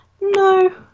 no